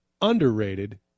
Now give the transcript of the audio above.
underrated